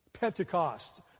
Pentecost